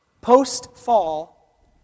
Post-fall